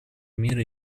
мира